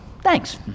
thanks